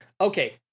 okay